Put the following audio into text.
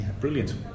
Brilliant